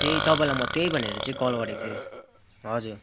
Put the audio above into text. त्यही तपाईँलाई म त्यही भनेर चाहिँ कल गरेको थिएँ हजुर